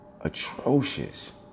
Atrocious